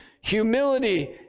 humility